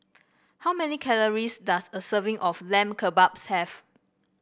how many calories does a serving of Lamb Kebabs have